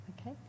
okay